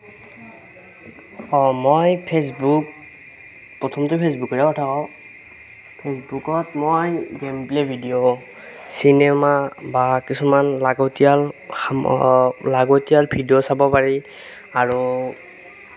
অ মই ফেচবুক প্ৰথমতে ফেচবুকৰে কথা কওঁ ফেচবুকত মই গেমপ্লে ভিডিঅ' চিনেমা বা কিছুমান লাগতিয়াল লাগতিয়াল ভিডিঅ' চাব পাৰি আৰু